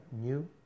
new